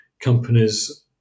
companies